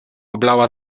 oblała